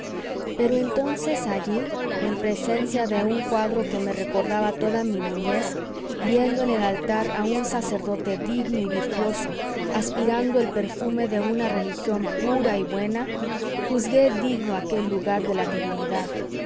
pero entonces allí en presencia de un cuadro que me recordaba toda mi niñez viendo en el altar a un sacerdote digno y virtuoso aspirando el perfume de una religión pura y buena juzgué digno aquel lugar de la divinidad